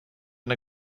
and